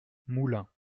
moulins